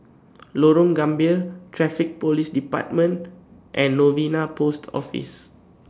Lorong Gambir Traffic Police department and Novena Post Office